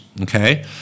Okay